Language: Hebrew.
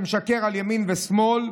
משקר על ימין ועל שמאל,